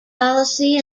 policy